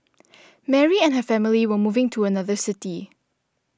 Mary and her family were moving to another city